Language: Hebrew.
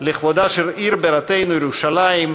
לכבודה של עיר בירתנו, ירושלים,